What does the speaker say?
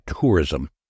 tourism